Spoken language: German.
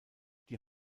die